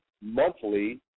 monthly